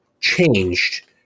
changed